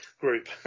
group